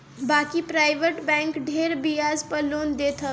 बाकी private bank ढेर बियाज पअ लोन देत हवे